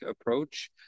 approach